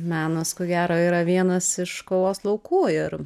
menas ko gero yra vienas iš kovos laukų ir